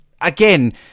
again